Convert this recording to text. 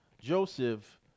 Joseph